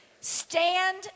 Stand